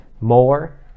more